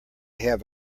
have